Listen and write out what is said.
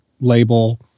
label